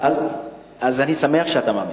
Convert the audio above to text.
אז אני שמח שאתה מאמין.